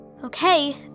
Okay